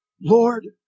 Lord